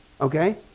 okay